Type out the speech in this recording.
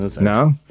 no